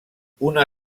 una